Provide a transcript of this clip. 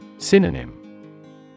Synonym